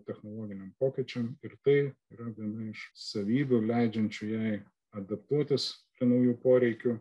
technologiniam pokyčiam ir tai yra viena iš savybių leidžiančių jai adaptuotis prie naujų poreikių